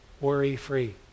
worry-free